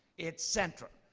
it's central,